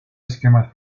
esquemas